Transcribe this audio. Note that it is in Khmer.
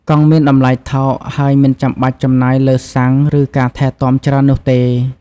កង់មានតម្លៃថោកហើយមិនចាំបាច់ចំណាយលើសាំងឬការថែទាំច្រើននោះទេ។